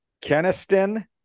Keniston